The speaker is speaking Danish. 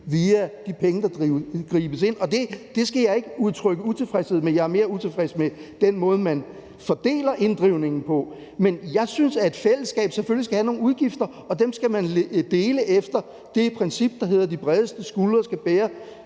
via de penge, der drives ind. Det skal jeg ikke udtrykke utilfredshed med; jeg er mere utilfreds med den måde, man fordeler inddrivningen på. Jeg synes, at et fællesskab selvfølgelig skal have nogle udgifter, og dem skal man dele efter princippet om, at de bredeste skuldre skal bære